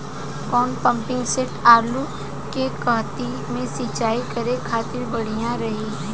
कौन pumping set आलू के कहती मे सिचाई करे खातिर बढ़िया रही?